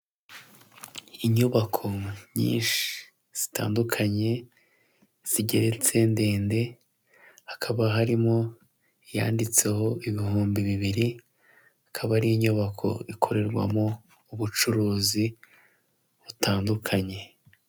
Umuntu wirabura wambaye imyenda y'umweru ndetse n'ikigina, uri kubara amafaranga atandukanye, harimo inoti y'amadorari ijana isa umweru ndetse n'irindi bandari iri hasi.